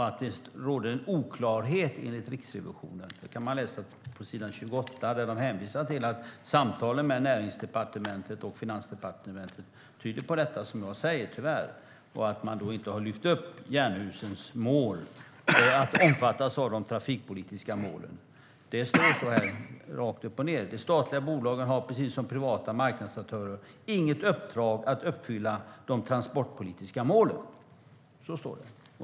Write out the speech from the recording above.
Att det råder en oklarhet enligt Riksrevisionen kan man läsa på s. 28, där det hänvisas till att samtalen med Näringsdepartementet och Finansdepartementet tyvärr tyder på det som jag säger och att man då inte har lyft fram att Jernhusens mål ska omfattas av de trafikpolitiska målen. Det står så rakt upp och ned: De statliga bolagen har precis som privata marknadsaktörer inget uppdrag att uppfylla de transportpolitiska målen.